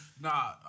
Nah